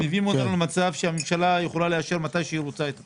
הם מביאים אותנו למצב שהממשלה יכולה לאשר מתי שהיא רוצה את התקציב,